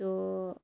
تو